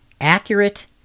accurate